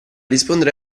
rispondere